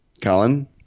Colin